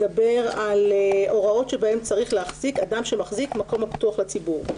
מדבר על הוראות שבהן צריך להחזיק אדם שמחזיק מקום הפתוח לציבור.